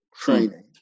training